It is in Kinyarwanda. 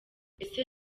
ese